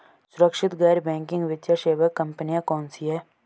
सुरक्षित गैर बैंकिंग वित्त सेवा कंपनियां कौनसी हैं?